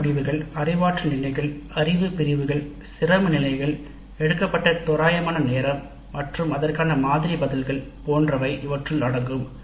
பாடநெறி முடிவுகள் அறிவாற்றல் நிலைகள் அறிவு பிரிவுகள் சிரம நிலைகள் எடுக்கப்பட்ட தோராயமான நேரம் மற்றும் அதற்கான மாதிரி பதில்கள் போன்றவை இவற்றுள் அடங்கும்